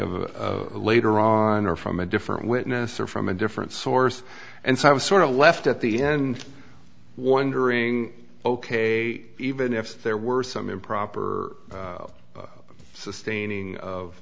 a later on or from a different witness or from a different source and so i was sort of left at the end wondering ok even if there were some improper or sustaining of